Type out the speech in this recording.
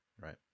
right